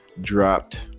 dropped